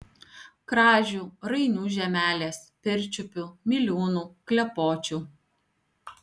kražių rainių žemelės pirčiupių miliūnų klepočių